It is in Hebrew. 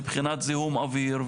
מבחינת זיהום אוויר,